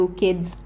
kids